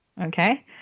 Okay